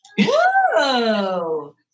Whoa